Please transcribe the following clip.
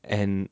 and